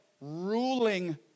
ruling